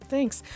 Thanks